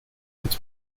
its